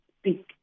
speak